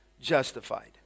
justified